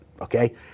okay